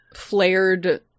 flared